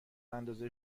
اندازه